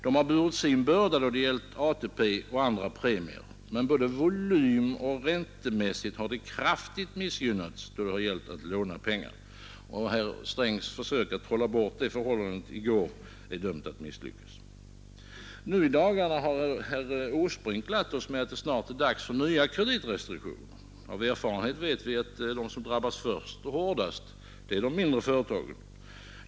De har burit sin börda då det gällt ATP och andra premier. Men både volymoch räntemässigt har de kraftigt missgynnats då det gällt att låna. Herr Strängs försök i går att trolla bort detta förhållande är dömt att misslyckas. Nu i dagarna har herr Åsbrink glatt oss med att det snart är dags för nya kreditrestriktioner. Av erfarenhet vet vi att de som drabbas först och hårdast är de mindre företagen.